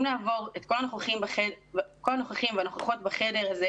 אם נעבור את כל הנוכחים והנוכחות בחדר הזה,